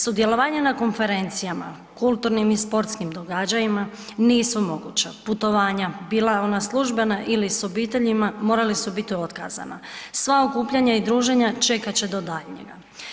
Sudjelovanje na konferencijama, kulturnim i sportskim događanjima nisu moguća, putovanja bila ona službena ili ona s obiteljima morala su biti otkazana, sva okupljanja i druženja čekat će do daljnjega.